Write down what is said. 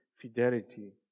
fidelity